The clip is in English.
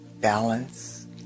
balance